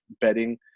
betting